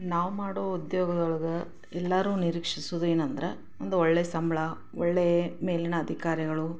ನಾವು ಮಾಡೋ ಉದ್ಯೋಗದೊಳಗೆ ಎಲ್ಲರೂ ನಿರೀಕ್ಷಿಸುವುದೇನಂದ್ರೆ ಒಂದು ಒಳ್ಳೆಯ ಸಂಬಳ ಒಳ್ಳೇ ಮೇಲಿನ ಅಧಿಕಾರಿಗಳು